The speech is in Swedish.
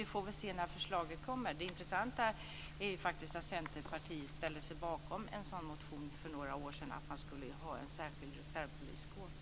Vi får väl se när förslaget kommer. Det intressanta är faktiskt att Centerpartiet för några år sedan ställde sig bakom en motion om att man skulle ha en särskild reservpoliskår.